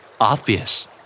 Obvious